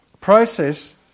process